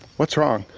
what's wrong?